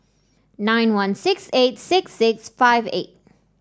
nine one six eight six six five eight